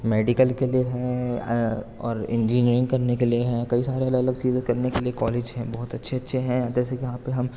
medical کے لیے ہیں اور انجیئرنگ کرنے کے لیے ہیں کئی سارے الگ الگ چیزیں کرنے كے لیے كالج ہیں بہت اچّھے اچّھے ہیں جیسے كہ یہاں پہ ہم